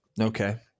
Okay